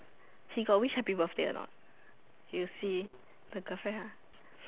she got wish happy birthday or not you see the girlfriend lah